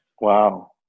Wow